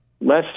less